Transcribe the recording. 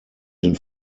den